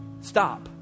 Stop